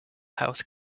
house